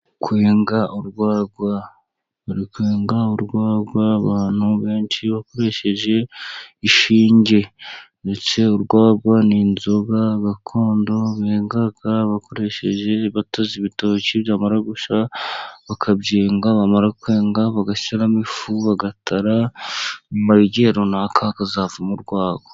Kwenga urwagwa, bari kwenga urwagwa, abantu benshi bakoresheje ishinge. Ndetse urwagwa ni inzoga gakondo benga bakoresheje, bataze ibitoki, byamara gushya bakabyenga, bamara kwenga bagashyiramo ifu bagatara, nyuma y'igihe runaka hakazavamo urwagwa.